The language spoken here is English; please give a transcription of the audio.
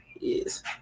Yes